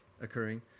occurring